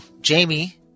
Jamie